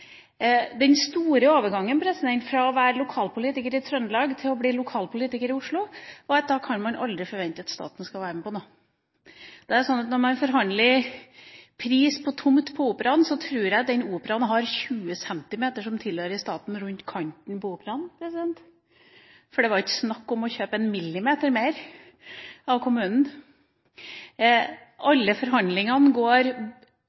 Den store overgangen fra å være lokalpolitiker i Trøndelag til å bli lokalpolitiker i Oslo var at man aldri kunne forvente at staten skulle være med på noe. Da man forhandlet om pris på tomta for Operaen, tror jeg det ble slik at det er 20 cm rundt kanten av Operaen som tilhører staten – for det var ikke snakk om å kjøpe 1 mm mer av kommunen.